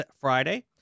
Friday